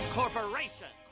corporation